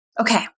Okay